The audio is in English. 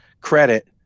credit